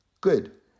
good